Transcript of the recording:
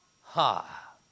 ha